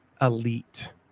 elite